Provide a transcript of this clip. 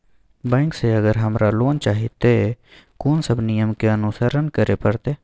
Bank से अगर हमरा लोन चाही ते कोन सब नियम के अनुसरण करे परतै?